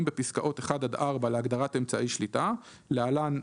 בפסקאות (1)-(4) להגדרת "אמצעי שליטה" (להלן,